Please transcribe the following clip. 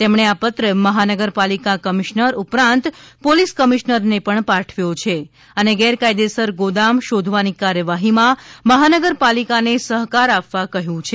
તેમણે આ પત્ર મહાનગરપાલિકા કમિશ્નર ઉપરાંત પોલિસ કમિશ્નરને પણ પાઠવ્યો છે અને ગેરકાયદેસર ગોદામ શોધવાની કાર્યવાહીમાં મહાનગરપાલિકાને સહકાર આપવા કહ્યું છે